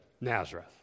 Nazareth